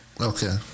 Okay